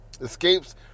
Escapes